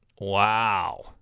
Wow